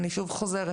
אני שוב חוזרת,